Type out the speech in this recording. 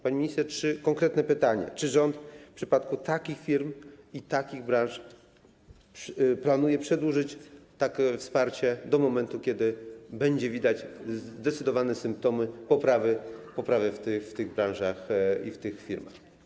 Pani minister, konkretne pytanie: Czy rząd w przypadku takich firm i takich branż planuje przedłużyć takie wsparcie do momentu, kiedy będzie widać zdecydowane symptomy poprawy w tych branżach i w tych firmach?